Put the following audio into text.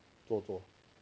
做作